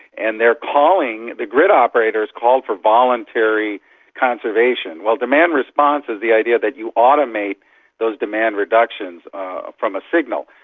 and they are calling, the grid operators called for voluntary conservation. well, demand response is the idea that you automate those demand reductions ah from a signal.